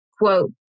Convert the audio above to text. quote